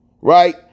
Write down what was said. right